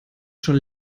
schon